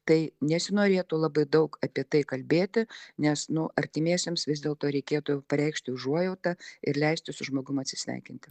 tai nesinorėtų labai daug apie tai kalbėti nes nu artimiesiems vis dėlto reikėtų pareikšti užuojautą ir leisti su žmogum atsisveikinti